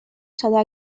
serà